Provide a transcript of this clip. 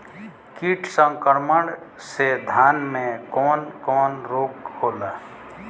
कीट संक्रमण से धान में कवन कवन रोग होला?